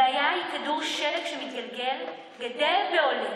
הבעיה היא כדור שלג שמתגלגל, גדל והולך,